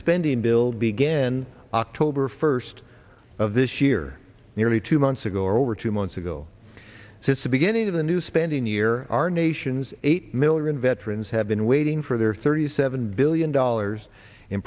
spending bill began october first of this year nearly two months ago or over two months ago since the beginning of the new spending year our nation's eight million veterans have been waiting for their thirty seven billion dollars in